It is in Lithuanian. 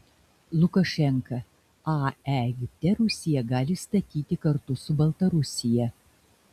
lukašenka ae egipte rusija gali statyti kartu su baltarusija